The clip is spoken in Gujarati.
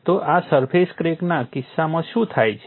તો સરફેસ ક્રેકના કિસ્સામાં શું થાય છે